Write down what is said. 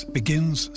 begins